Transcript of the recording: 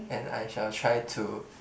and I shall try to